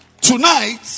Tonight